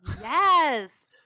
yes